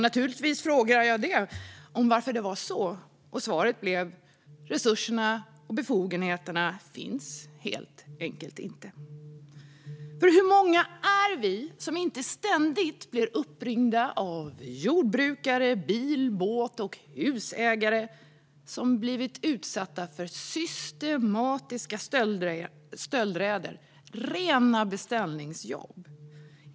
Naturligtvis frågade jag om varför det var så. Svaret blev att resurserna och befogenheterna helt enkelt inte fanns. Hur många är vi inte som ständigt blir uppringda av jordbrukare och bil, båt och husägare som blivit utsatta för systematiska stöldräder som är rena beställningsjobb.